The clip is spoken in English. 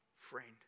friend